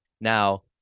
Now